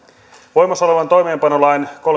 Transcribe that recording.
voimassa olevan toimeenpanolain